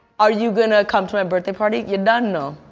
are you gonna come to my birthday party? you dun know.